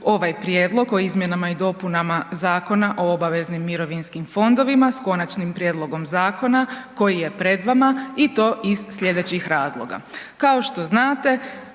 ovaj Prijedlog o izmjenama i dopunama Zakona o obveznim mirovinskom fondovima, s Konačnim prijedlogom Zakona koji je pred vama i to iz sljedećih razloga. Kao što znate